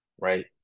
right